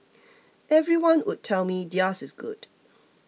everyone would tell me theirs is good